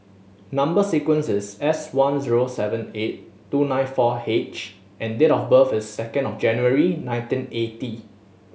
number sequence is S one zero seven eight two nine four H and date of birth is second of January nineteen eighty